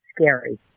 scary